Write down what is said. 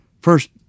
First